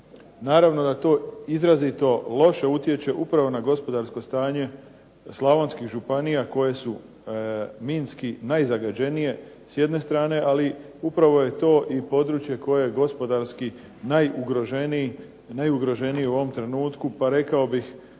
Naravno da to izrazito loše utječe upravo na gospodarsko stanje slavonskih županija koje su minski najzagađenije s jedne strane, ali upravo je to područje koje je gospodarski najugroženiji u ovom trenutku, pa rekao bih